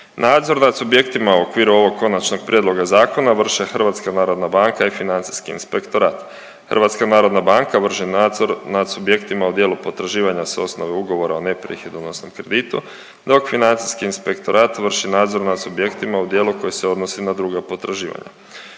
Nadzor nad subjektima u okviru ovog konačnog prijedloga zakona vrše HNB i financijski inspektorat. HNB vrši nadzor nad subjektima u dijelu potraživanja s osnove ugovora o neprihodonosnom kreditu dok financijski inspektorat vrši nadzor nad subjektima u dijelu koji se odnosi na druga potraživanja.